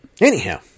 anyhow